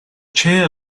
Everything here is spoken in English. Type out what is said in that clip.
chair